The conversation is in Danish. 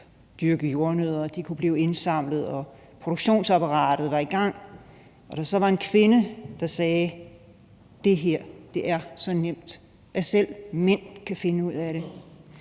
dyrke jordnødder, at de kunne blive indsamlet, og at produktionsapparat var i gang, var der en kvinde, der sagde: Det her er så nemt, at selv mænd kan finde ud af det.